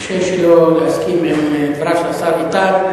קשה שלא להסכים עם דבריו של השר איתן.